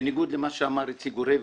בניגוד למה שאמר איציק גורביץ.